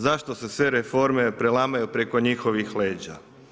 Zašto se sve reforme prelamaju preko njihovih leđa?